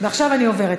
ועכשיו אני עוברת,